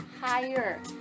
higher